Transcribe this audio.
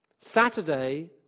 Saturday